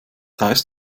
heißt